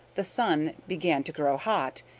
the sun began to grow hot,